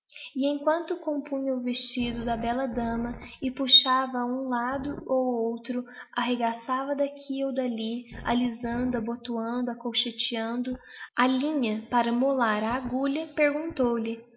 emquanto compunha o vestido da bella dama e puxava a um lado ou outro arregaçava d'aqui ou d'alli alisando abotoando acolchetando a linha para mofar da agulha perguntou-lhe